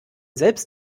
selbst